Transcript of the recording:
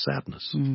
sadness